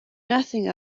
nothing